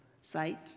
site